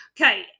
Okay